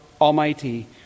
Almighty